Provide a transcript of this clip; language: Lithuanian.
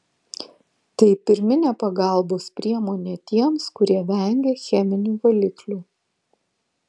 tai pirminė pagalbos priemonė tiems kurie vengia cheminių valiklių